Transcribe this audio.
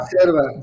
Serva